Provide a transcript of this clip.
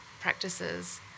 practices